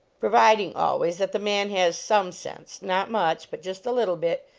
providing, always, that the man has some sense, not much, but just a little bit,